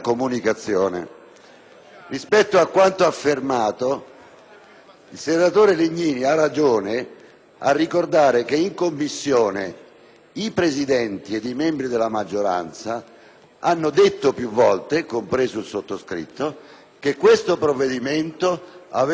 il senatore Legnini ha ragione a ricordare che in Commissione i Presidenti ed i membri della maggioranza hanno detto più volte, compreso il sottoscritto, che questo provvedimento aveva bisogno di una base di dati corretta.